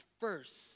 first